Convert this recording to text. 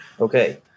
Okay